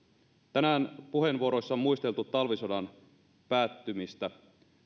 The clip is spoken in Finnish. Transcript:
tänään puheenvuoroissa on muisteltu talvisodan päättymistä